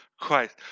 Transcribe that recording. Christ